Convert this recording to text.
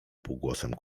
półgłosem